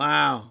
Wow